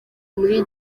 muri